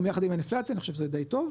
יחד עם האינפלציה אני חושב שזה די טוב,